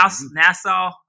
Nassau